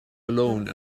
alone